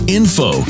info